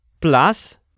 plus